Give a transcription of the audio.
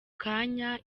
kanya